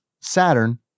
Saturn